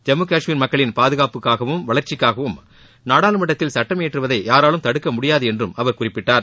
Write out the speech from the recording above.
ஜம்மு கஷ்மீர் மக்களின் பாதுகாப்புக்காகவும் வளர்ச்சிக்காகவும் நாடாளுமன்றத்தில் சட்டம் இயற்றுவதை யாராலும் தடுக்க முடியாது என்றும் அவர் குறிப்பிட்டார்